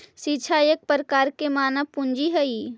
शिक्षा एक प्रकार के मानव पूंजी हइ